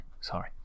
sorry